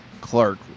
Clark